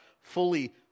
fully